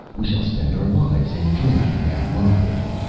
we shall spend our lives in drinking and love-making.